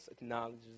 acknowledges